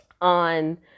on